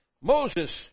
Moses